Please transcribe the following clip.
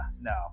No